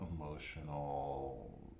emotional